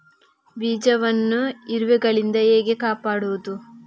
ಬೀಜವನ್ನು ಇರುವೆಗಳಿಂದ ಹೇಗೆ ಕಾಪಾಡುವುದು?